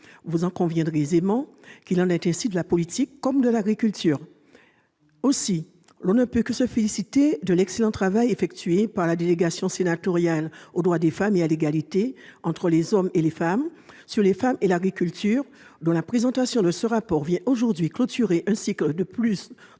Vous conviendrez aisément qu'il en est ainsi de la politique comme de l'agriculture. Aussi ne peut-on que se féliciter de l'excellent travail effectué par la délégation sénatoriale aux droits des femmes et à l'égalité des chances entre les hommes et les femmes sur les femmes et l'agriculture ; la présentation de son rapport vient aujourd'hui clôturer un cycle de plus d'un